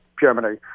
Germany